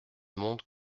monde